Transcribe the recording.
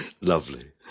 Lovely